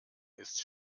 ist